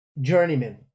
journeyman